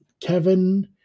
Kevin